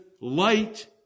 light